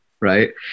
right